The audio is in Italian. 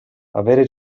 avere